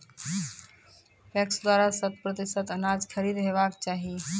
PACS द्वारा शत प्रतिसत अनाज खरीद हेवाक चाही?